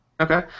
Okay